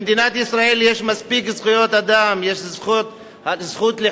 במדינת ישראל יש מספיק זכויות אדם, יש זכות לחופש,